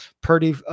Purdy